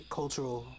cultural